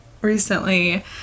recently